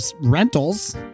rentals